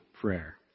prayer